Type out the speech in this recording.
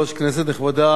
כנסת נכבדה,